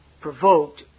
provoked